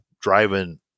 driving